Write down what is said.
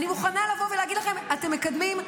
אני מוכנה לבוא ולהגיד לכם: אתם מקדמים,